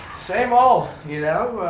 same old, you know?